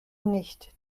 nicht